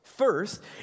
First